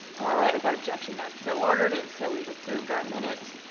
all right without objection that's so ordered and so we've approved our minutes.